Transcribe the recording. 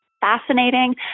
fascinating